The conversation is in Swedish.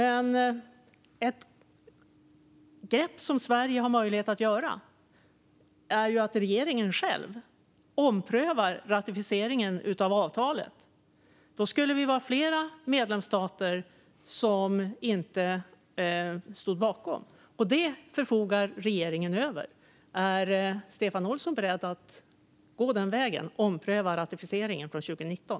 Ett grepp som Sverige har möjlighet att ta är att regeringen själv omprövar ratificeringen av avtalet. Då skulle vi vara flera medlemsstater som inte stod bakom det. Detta förfogar regeringen över. Är Stefan Olsson beredd att gå den vägen och ompröva ratificeringen från 2019?